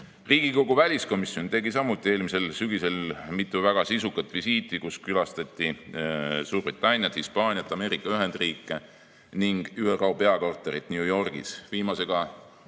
väliskomisjon tegi samuti eelmisel sügisel mitu väga sisukat visiiti, kui külastati Suurbritanniat, Hispaaniat, Ameerika Ühendriike ning ÜRO peakorterit New Yorgis.